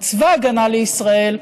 את צבא ההגנה לישראל,